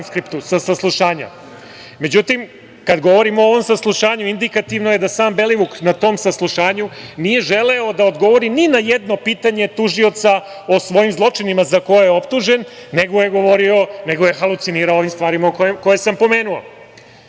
transkriptu sa saslušanja.Međutim, kada govorim o ovom saslušanju indikativno je da sam Belivuk na tom saslušanju, nije želeo da odgovori ni na jedno pitanje tužioca o svojim zločinima za koje je optužen, nego je govorio, nego je halucinirao o stvarima koje sam pomenuo. Naravno,